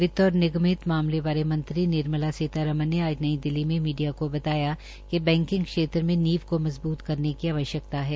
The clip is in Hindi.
वित और निगमित मामले बारे मंत्री निर्मला सीतारमण ने आज नई दिल्ली में मीडिया को बताया कि बैकिंग क्षेत्र में नींव को मजबूत करने की आवश्यकता है